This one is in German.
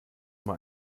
mal